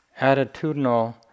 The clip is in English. attitudinal